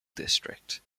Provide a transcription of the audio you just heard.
district